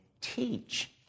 teach